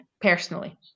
personally